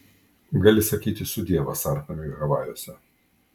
gali sakyti sudie vasarnamiui havajuose